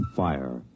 fire